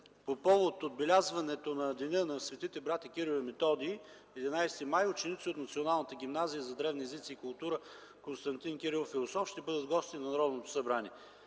По повод отбелязването на Деня на светите братя Кирил и Методий – 11 май, ученици от Националната гимназия за древни езици и култура „Константин Кирил философ” ще бъдат гости на Народното събрание.